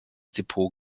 depot